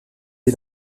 dès